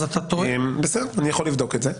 אתה יכול לבדוק את זה.